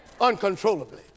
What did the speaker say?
uncontrollably